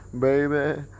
baby